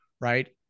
right